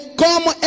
como